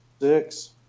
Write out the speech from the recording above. six